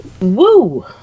Woo